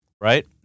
right